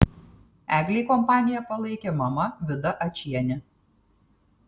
eglei kompaniją palaikė mama vida ačienė